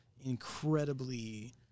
incredibly